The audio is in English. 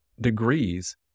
Degrees